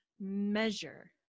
measure